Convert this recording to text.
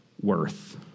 worth